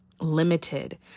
limited